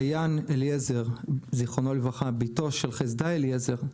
מעיין אליעזר, ז"ל, בתו של חסדאי אליעזר,